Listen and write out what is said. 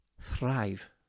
thrive